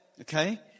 okay